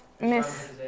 Miss